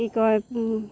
কি কয়